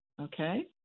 okay